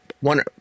one